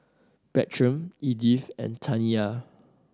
Bertram Edythe and Taniya